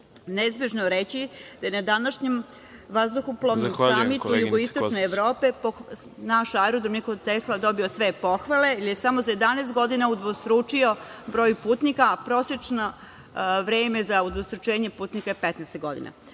neizbežno je reći da je na današnjem vazduhoplovnom samitu jugoistočne Evrope, naš aerodrom Nikola Tesla dobio sve pohvale, jer samo za 11 godina je udvostručio broj putnika, a prosečno vreme za udvostručenje putnika je 15 godina.